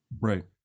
Right